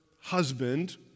husband